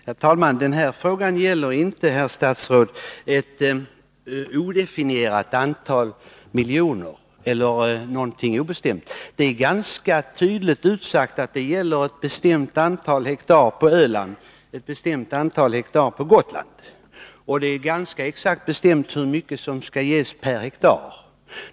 Herr talman! Den här frågan gäller inte, herr statsråd, ett odefinierat antal miljoner eller någonting obestämt. Det är ganska tydligt utsagt att det gäller ett bestämt antal hektar på Öland och ett bestämt antal hektar på Gotland. Det är också ganska exakt bestämt hur mycket som skall ges per hektar.